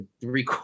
three